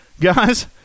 Guys